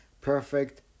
perfect